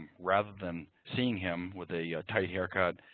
rather than seeing him with a tight haircut,